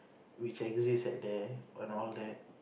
which exists at there and all that